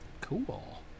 Cool